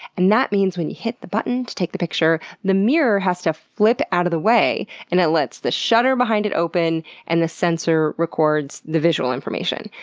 and that means when you hit the button to take the picture, the mirror has to flip out of the way, and it lets the shutter behind it open and the sensor records the visual information.